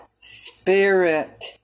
Spirit